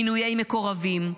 מינויי מקורבים,